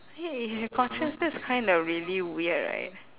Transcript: then if you conscious that's kinda really weird right